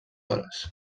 hores